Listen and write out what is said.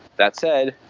that said,